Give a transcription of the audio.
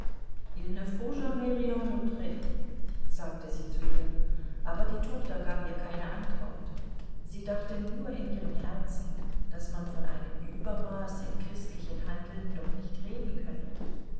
sagte sie zu ihr aber die tochter gab ihr keine antwort sie dachte nur in ihrem herzen daß man von einem übermaß im christlichen handeln doch nicht reden könne